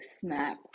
snap